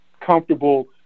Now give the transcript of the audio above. comfortable